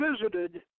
visited